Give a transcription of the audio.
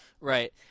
Right